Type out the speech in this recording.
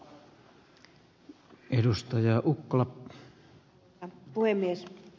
arvoisa puhemies